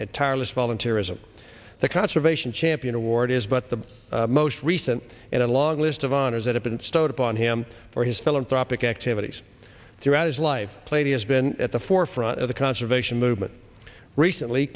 tireless volunteerism the conservation champion award is but the most recent in a long list of honors that up and start up on his for his philanthropic activities throughout his life played has been at the forefront of the conservation movement recently